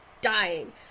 dying